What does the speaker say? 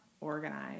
organized